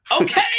Okay